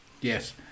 Yes